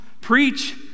preach